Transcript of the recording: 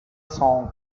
song